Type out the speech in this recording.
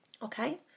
Okay